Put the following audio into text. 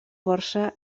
força